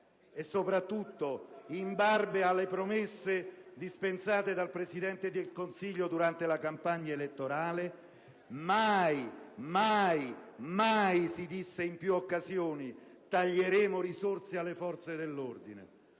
e, soprattutto, in barba alle promesse dispensate dal Presidente del Consiglio durante la campagna elettorale: «mai, mai, mai», si disse in più occasioni, «taglieremo risorse alle forze dell'ordine».